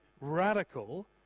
radical